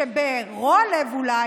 שברוע לב אולי